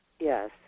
Yes